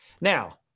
Now